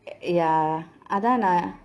ya அதானே:athaanae